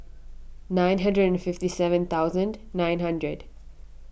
nine hundred and fifty seven thousand nine hundred